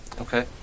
Okay